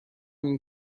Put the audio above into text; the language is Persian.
این